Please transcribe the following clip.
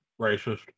Racist